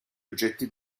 oggetti